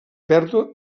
pèrdua